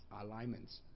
alignments